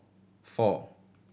four